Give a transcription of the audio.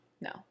No